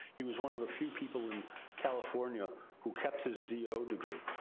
he was one of the few people in california who kept his do yeah ah degree.